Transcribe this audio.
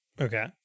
Okay